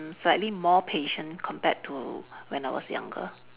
mm slightly more patient compared to when I was younger